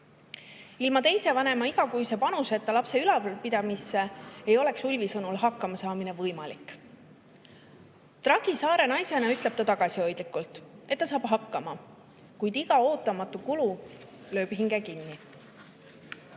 Ilma teise vanema igakuise panuseta lapse ülalpidamisse ei oleks Ulvi sõnul hakkamasaamine võimalik. Tragi Saare naisena ütleb ta tagasihoidlikult, et ta saab hakkama, kuid iga ootamatu kulu lööb hinge kinni. Ulvi